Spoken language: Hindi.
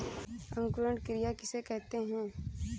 अंकुरण क्रिया किसे कहते हैं?